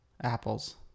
Apples